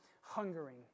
hungering